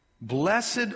Blessed